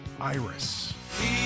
Iris